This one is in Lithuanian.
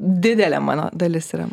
didelė mano dalis yra